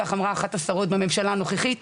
כך אמרה אחת השרות בממשלה הנוכחית,